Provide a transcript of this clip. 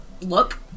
look